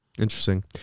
Interesting